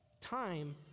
Time